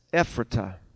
Ephrata